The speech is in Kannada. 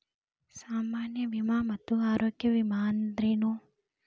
ಸಾಮಾನ್ಯ ವಿಮಾ ಮತ್ತ ಆರೋಗ್ಯ ವಿಮಾ ಅಂದ್ರೇನು?